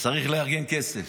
צריך לארגן כסף.